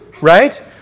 right